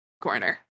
corner